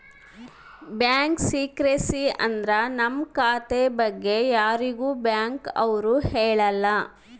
bank secrecy ಅಂದ್ರ ನಮ್ ಖಾತೆ ಬಗ್ಗೆ ಯಾರಿಗೂ ಬ್ಯಾಂಕ್ ಅವ್ರು ಹೇಳಲ್ಲ